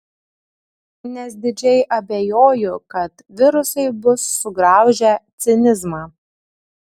nes didžiai abejoju kad virusai bus sugraužę cinizmą